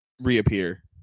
reappear